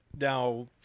Now